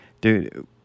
Dude